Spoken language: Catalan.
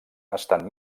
estan